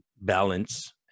balance